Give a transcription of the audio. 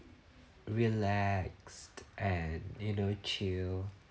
relaxed and you know uh chill